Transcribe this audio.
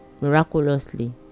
Miraculously